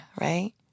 right